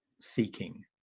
seeking